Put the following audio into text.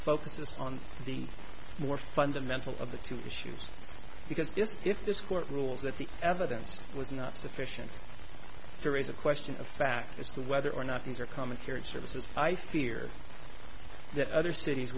focuses on the more fundamental of the two issues because if this court rules that the evidence was not sufficient to raise a question of fact as to whether or not these are common carriage services i fear that other cities